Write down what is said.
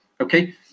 okay